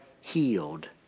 healed